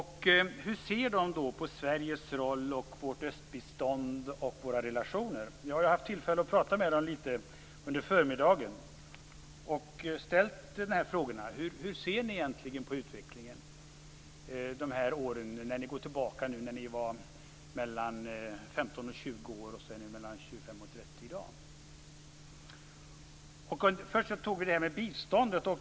Hur ser de då på Sveriges roll, vårt östbistånd och våra relationer? Jag har haft tillfälle att prata litet med dem under förmiddagen och ställt de här frågorna. Jag frågade dem hur de ser på utvecklingen under de här åren om de går tillbaka till när de var 15-20 år. Först tog vi upp detta med biståndet.